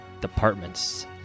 departments